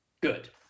Good